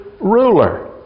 ruler